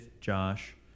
Josh